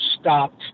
stopped